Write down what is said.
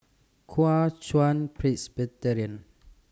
Kuo Chuan Presbyterian